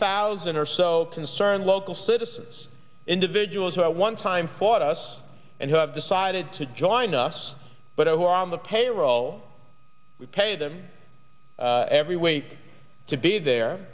thousand or so concerned local citizens individuals who one time fought us and who have decided to join us but who are on the payroll we pay them every weight to be there